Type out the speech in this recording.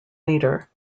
leader